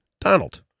Donald